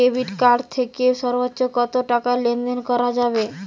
Debit card থেকে সর্বোচ্চ কত টাকা লেনদেন করা যাবে?